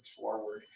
forward